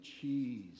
cheese